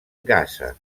gaza